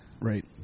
Right